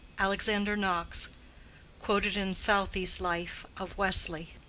alexander knox quoted in southey's life of wesley.